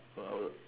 per hour